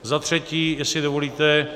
Za třetí, jestli dovolíte.